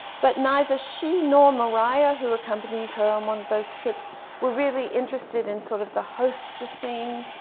but neither she nor mariah, who accompanied her on one of those trips were really interested in sort of the hostessing